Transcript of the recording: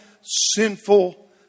sinful